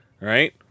right